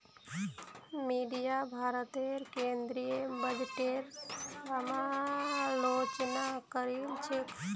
media भारतेर केंद्रीय बजटेर समालोचना करील छेक